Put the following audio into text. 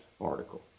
article